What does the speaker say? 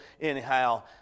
anyhow